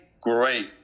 great